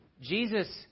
Jesus